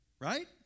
Right